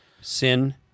sin